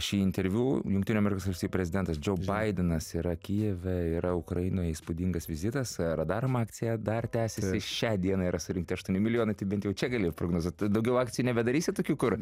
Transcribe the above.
šį interviu jungtinių amerikos valstijų prezidentas džo baidenas yra kijeve yra ukrainoj įspūdingas vizitas radarom akcija dar tęsiasi šią dieną yra surinkti aštuoni milijonai tai bent jau čia gali prognozuot daugiau akcijų nebedarysit tokių kur